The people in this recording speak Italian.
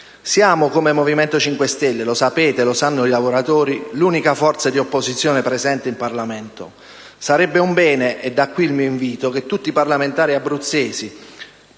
sanno i lavoratori - è l'unica forza d'opposizione presente in Parlamento. Sarebbe un bene - da qui il mio invito - che tutti i parlamentari abruzzesi